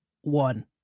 One